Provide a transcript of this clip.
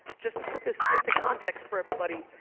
just to put this into context for everybody,